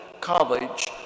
College